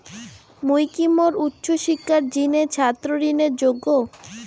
মুই কি মোর উচ্চ শিক্ষার জিনে ছাত্র ঋণের যোগ্য?